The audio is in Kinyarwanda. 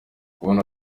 kubona